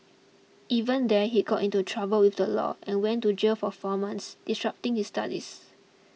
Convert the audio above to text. even there he got into trouble with the law and went to jail for four months disrupting his studies